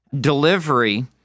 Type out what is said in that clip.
delivery